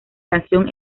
canción